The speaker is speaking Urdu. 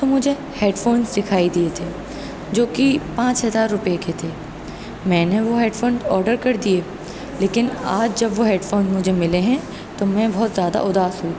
تو مجھے ہیڈ فونس دکھائی دیے تھے جو کہ پانچ ہزار روپے کے تھے میں نے وہ ہیڈ فون آڈر کر دیے لیکن آج جب وہ ہیڈ فون مجھے ملے ہیں تو میں بہت زیادہ اداس ہوں